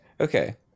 okay